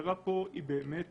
המטרה פה היא באמת